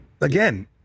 again